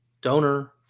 donor